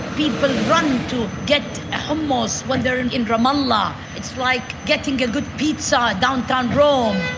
people run to get hummus when they are in ramallah. it's like getting a good pizza downtown rome.